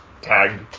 tag